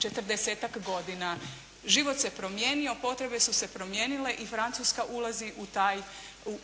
40-tak godina. Život se promijenio, potrebe su se promijenile i Francuska ulazi